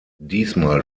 diesmal